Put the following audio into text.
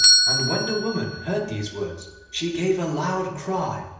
and when the woman heard these words she gave a loud cry,